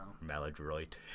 Maladroit